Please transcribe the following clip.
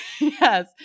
Yes